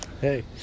Hey